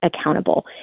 accountable